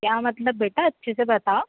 क्या मतलब बेटा अच्छे से बताओ